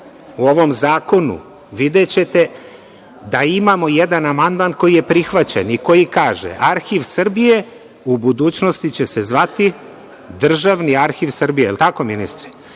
u ovom zakonu, videćete da imamo jedan amandman koji je prihvaćen i koji kaže – Arhiv Srbije u budućnosti će se zvati državni Arhiv Srbije, je li tako ministre?